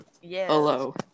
Hello